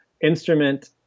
instrument